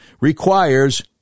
requires